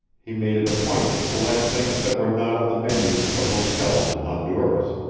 he made it a point to select things that were not on the menus of the hotels in honduras.